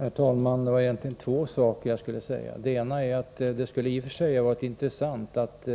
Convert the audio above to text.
Herr talman! Jag vill säga två saker. Det ena är att det i och för sig skulle vara intressant att